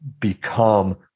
become